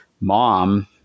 Mom